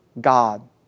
God